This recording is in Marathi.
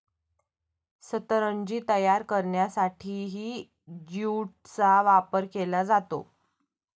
सतरंजी तयार करण्यासाठीही ज्यूटचा वापर केला जातो